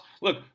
Look